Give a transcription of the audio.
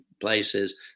places